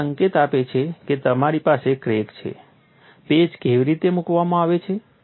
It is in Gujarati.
આ સંકેત આપે છે કે મારી પાસે ક્રેક છે પેચ કેવી રીતે મૂકવામાં આવે છે